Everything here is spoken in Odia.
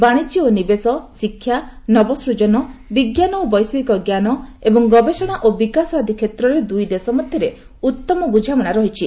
ବାଣିଜ୍ୟ ଓ ନିବେଶ ଶିକ୍ଷା ନବସ୍ଚଜନ ବିଜ୍ଞାନ ଓ ବୈଷୟିକ ଜ୍ଞାନ ଏବଂ ଗବେଷଣା ଓ ବିକାଶ ଆଦି କ୍ଷେତ୍ରରେ ଦୁଇ ଦେଶ ମଧ୍ୟରେ ଉତମ ବୁଝାମଣା ରହିଛି